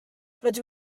rydw